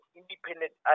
independent